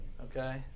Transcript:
Okay